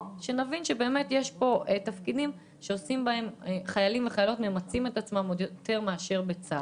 למצוא תפקידים שבהם חיילים וחיילות ממצים את עצמם יותר מאשר בצבא.